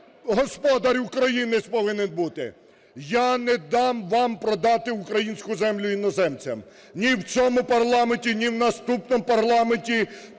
господар українець повинен бути. Я не дам вам продати українську землю іноземцям, ні в цьому парламенті, ні в наступному парламенті.